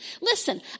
Listen